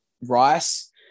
rice